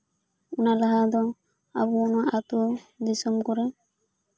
ᱚᱱᱟ ᱞᱟᱦᱟ ᱫᱚ ᱟᱵᱚ ᱱᱚᱶᱟ ᱟᱛᱩ ᱫᱤᱥᱚᱢ ᱠᱚᱨᱮ